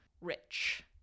rich